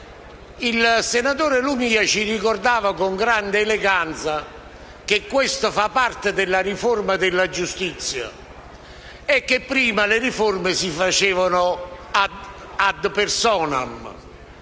Il senatore Lumia ci ha ricordato con grande eleganza che questo fa parte della riforma della giustizia e che prima le riforme si facevano *ad personam*.